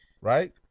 right